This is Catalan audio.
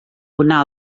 una